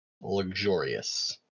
luxurious